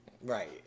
Right